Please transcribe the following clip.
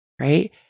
right